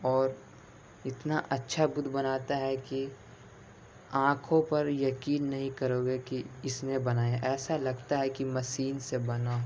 اور اتنا اچھا بدھ بناتا ہے کہ آنکھوں پر یقین نہیں کرو گے کہ اس نے بنایا ہے ایسا لگتا ہے کہ مشین سے بنا ہو